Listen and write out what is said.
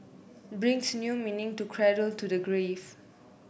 brings new meaning to cradle to the grave